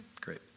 Great